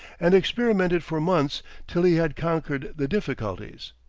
and experimented for months till he had conquered the difficulties.